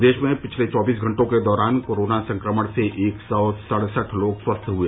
प्रदेश में पिछले चौबीस घंटों के दौरान कोरोना संक्रमण से एक सौ सड़सठ लोग स्वस्थ हुए